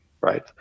right